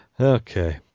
Okay